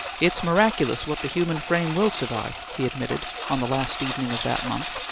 it's miraculous what the human frame will survive, he admitted on the last evening of that month.